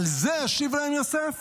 "על זה השיב להם יוסף